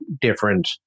different